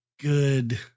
good